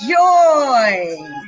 Joy